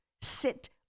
sit